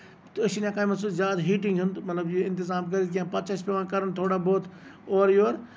تہٕ أسۍ چھِ نہٕ ہٮ۪کان یِمن سۭتۍ زیادٕ ہیٹِنگ ہُند مطلب یہِ اِنتِظام کٔرِتھ کیٚنٛہہ پَتہٕ چھُ اَسہِ پیوان کَرُن تھوڑا بہت اورٕ یور